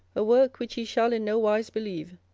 a work which ye shall in no wise believe,